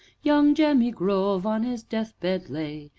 young jemmy grove on his death-bed lay,